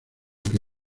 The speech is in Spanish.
que